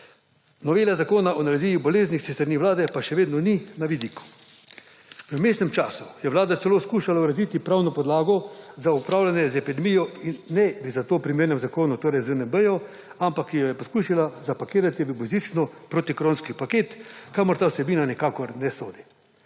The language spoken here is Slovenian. novele Zakona o nalezljivih boleznih s strani vlade pa še vedno ni na vidiku. V vmesnem času je vlada celo skušala urediti pravno podlago za upravljanje z epidemijo, a ne v za to primernem zakonu, torej ZNB, ampak jo je poskušala zapakirati v božični protikoronski paket, kamor ta vsebina nikakor ne sodi.